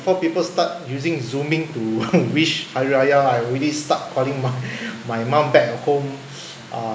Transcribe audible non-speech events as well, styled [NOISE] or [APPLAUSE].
people start using zooming to [LAUGHS] wish hari raya I already start calling my [LAUGHS] my mum back at home uh